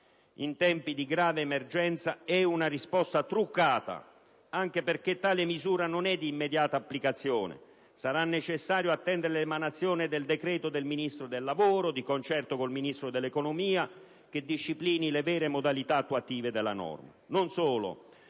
In tempi di grave emergenza è una risposta truccata anche perché tale misura non è di immediata applicazione: sarà infatti necessario attendere l'emanazione di un decreto del Ministero del lavoro, di concerto con il Ministro dell'economia, che disciplini le vere modalità attuative della norma.